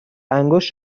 انگشت